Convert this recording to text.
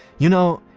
you know,